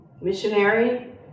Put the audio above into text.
missionary